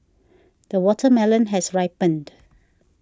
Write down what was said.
the watermelon has ripened